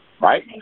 Right